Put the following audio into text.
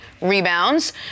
rebounds